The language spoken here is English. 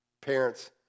Parents